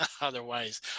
otherwise